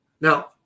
Now